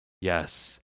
Yes